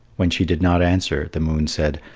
when she did not answer, the moon said,